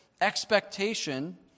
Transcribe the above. expectation